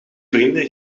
vrienden